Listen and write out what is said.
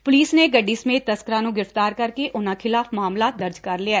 police ਨੇ ਗੱਡੀ ਸਮੇਤ ਤਸਕਰਾਂ ਨੇੰ ਗ੍ਰਿਫ਼ਤਾਰ ਕਰਕੇ ਉਨ੍ਹਾਂ ਖਿਲਾਫ਼ ਮਾਮਲਾ ਦਰਜ ਕਰ ਲਿਆ